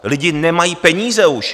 Lidé nemají peníze už.